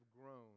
grown